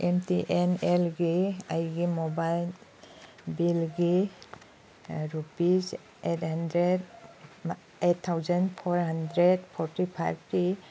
M T N ꯑꯦꯜꯒꯤ ꯑꯩꯒꯤ mobile ꯕꯤꯜꯒꯤ rupees eight hundred eight thousand four hundred forty ꯐꯥꯏꯕꯀꯤ